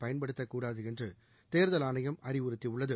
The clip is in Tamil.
பயன்படுத்தக்கூடாது என்று தேர்தல் ஆணையம் அறிவுறுத்தியுள்ளது